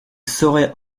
saurait